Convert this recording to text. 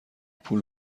پول